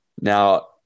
Now